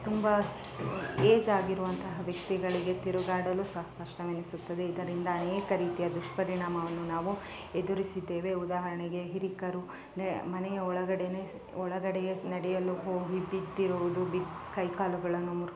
ತುಂಬ ಏಜಾಗಿರುವಂತಹ ವ್ಯಕ್ತಿಗಳಿಗೆ ತಿರುಗಾಡಲು ಸಹ ಕಷ್ಟವೆನಿಸುತ್ತದೆ ಇದರಿಂದ ಅನೇಕ ರೀತಿಯ ದುಷ್ಪರಿಣಾಮವನ್ನು ನಾವು ಎದುರಿಸಿದ್ದೇವೆ ಉದಾಹರಣೆಗೆ ಹಿರೀಕರು ನೆ ಮನೆಯ ಒಳಗಡೆ ಒಳಗಡೆಯೆ ನಡೆಯಲು ಹೋಗಿ ಬಿದ್ದಿರುವುದು ಬಿದ್ದು ಕೈ ಕಾಲುಗಳನ್ನು ಮುರಿ